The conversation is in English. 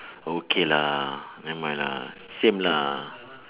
okay lah nevermind lah same lah